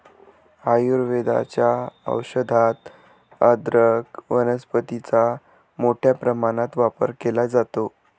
आयुर्वेदाच्या औषधात अदरक वनस्पतीचा मोठ्या प्रमाणात वापर केला जातो